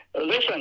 Listen